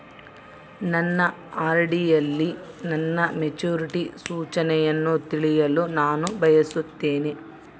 ನನ್ನ ಆರ್.ಡಿ ಯಲ್ಲಿ ನನ್ನ ಮೆಚುರಿಟಿ ಸೂಚನೆಯನ್ನು ತಿಳಿಯಲು ನಾನು ಬಯಸುತ್ತೇನೆ